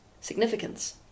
significance